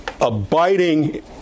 abiding